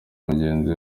mugenzi